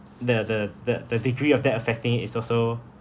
the the the the degree of that affecting it is also